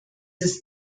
ist